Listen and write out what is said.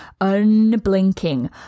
unblinking